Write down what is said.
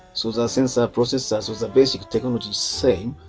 so the censor, processor so the basic technology same,